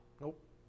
Nope